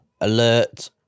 alert